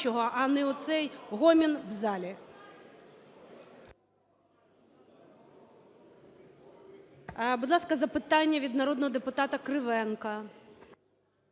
Дякую.